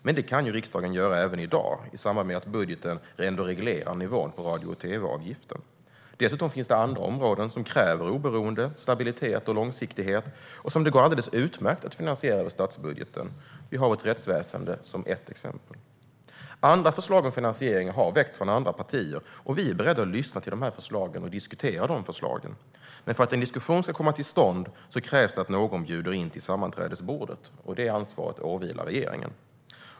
Men det kan ju riksdagen göra även i dag genom att man i samband med budgeten reglerar nivån på radio och tv-avgiften. Dessutom finns det andra områden som kräver oberoende, stabilitet och långsiktighet och som det går alldeles utmärkt att finansiera över statsbudgeten, exempelvis vårt rättsväsen. Andra förslag om finansiering har väckts från andra partier. Vi är beredda att lyssna till och diskutera de förslagen. Men för att en diskussion ska komma till stånd krävs det att någon bjuder in till sammanträdesbordet. Det ansvaret åvilar regeringen.